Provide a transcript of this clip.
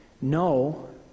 no